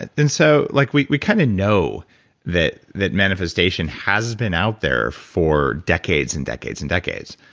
and so like we we kind of know that that manifestation has has been out there for decades and decades and decades.